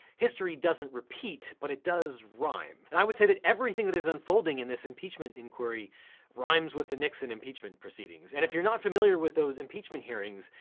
history doesn't repeat, but it does rhyme. and i would say that everything that is unfolding in this impeachment inquiry rhymes with the nixon impeachment proceedings, and if you're not familiar with those impeachment hearings,